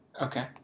Okay